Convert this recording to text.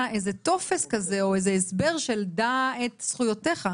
איזה טופס כזה או איזה הסבר של דע את זכויותיך,